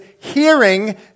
Hearing